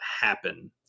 happen